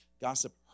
Gossip